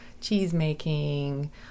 cheese-making